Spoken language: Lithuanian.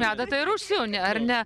adatą ir užsiūni ar ne